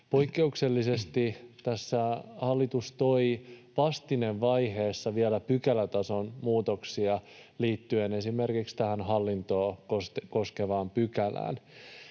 Poikkeuksellisesti tässä hallitus toi vastinevaiheessa vielä pykälätason muutoksia liittyen esimerkiksi tähän hallintoa koskevaan pykälään.